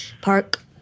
Park